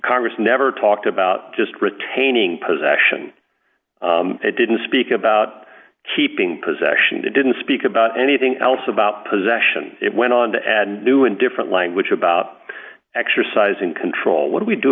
congress never talked about just retaining possession didn't speak about keeping possession to didn't speak about anything else about possession it went on to add new and different language about exercising control what we do